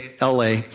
LA